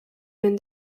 been